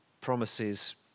promises